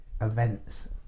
events